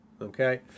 okay